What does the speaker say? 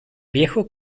viejo